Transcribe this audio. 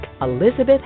Elizabeth